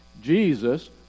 jesus